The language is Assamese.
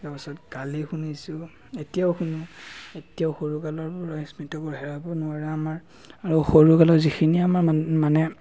তাৰ পিছত গালি শুনিছোঁ এতিয়াও শুনো এতিয়াও সৰুকালৰ পৰা স্মৃতিবোৰ হেৰাব নোৱাৰে আমাৰ আৰু সৰুকালৰ যিখিনি আমাৰ মানে